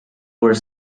were